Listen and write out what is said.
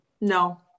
no